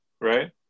right